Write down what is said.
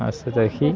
अस्तु तर्हि